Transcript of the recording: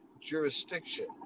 jurisdiction